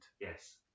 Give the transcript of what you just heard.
Yes